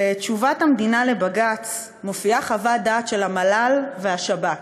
בתשובת המדינה לבג"ץ מופיעה חוות דעת של המל"ל והשב"כ,